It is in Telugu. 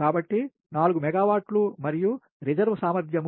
కాబట్టి 4 మెగావాట్లు మరియు రిజర్వ్ సామర్థ్యం